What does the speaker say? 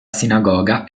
sinagoga